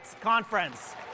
conference